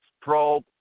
Probe